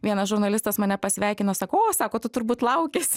vienas žurnalistas mane pasveikino sako o sako tu turbūt laukies